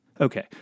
Okay